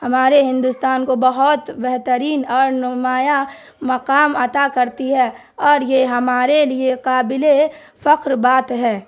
ہمارے ہندوستان کو بہت بہترین اور نمایاں مقام عطا کرتی ہے اور یہ ہمارے لیے قابل فخر بات ہے